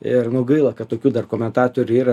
ir gaila kad tokių dar komentatorių yra